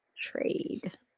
trade